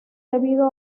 debido